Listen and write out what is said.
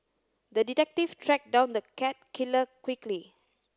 the detective tracked down the cat killer quickly